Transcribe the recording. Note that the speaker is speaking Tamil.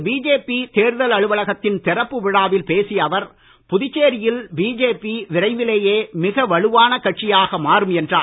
இன்று பிஜேபி தேர்தல் அலுவலகத்தின் திறப்பு விழாவில் பேசிய அவர் புதுச்சேரியில் பிஜேபி விரைவிலேயே மிக வலுவான கட்சியாக மாறும் என்றார்